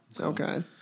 okay